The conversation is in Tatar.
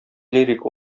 лирик